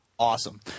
Awesome